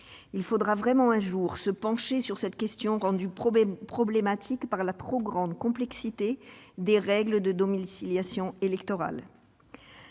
Il faudra véritablement se pencher un jour sur cette question, rendue problématique par la trop grande complexité des règles de domiciliation électorale.